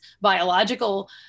biological